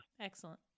Excellent